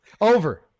over